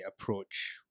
approach